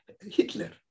Hitler